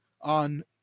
on